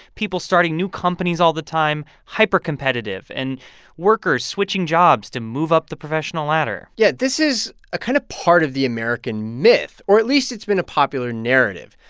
people starting new companies all the time hypercompetitive and workers switching jobs to move up the professional ladder yeah, this is a kind of part of the american myth, or at least it's been a popular narrative,